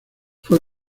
fue